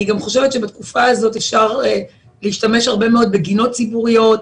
אני גם חושבת שבתקופה הזאת אפשר להשתמש הרבה מאוד בגינות ציבוריות,